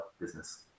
business